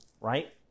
right